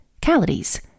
calories